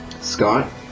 Scott